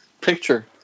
picture